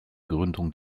gründung